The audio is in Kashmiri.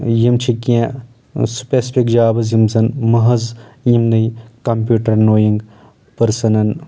یِم چھِ کینٛہہ سفیسفک جابٕس یِم زن محض یِمنٕے کمپیوٗٹر نویِنٛگ پٔرسنن